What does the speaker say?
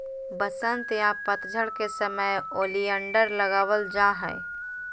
वसंत या पतझड़ के समय ओलियंडर लगावल जा हय